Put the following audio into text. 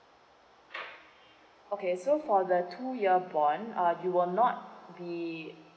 okay so for the two year bond uh we will not be